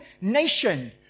nation